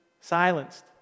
silenced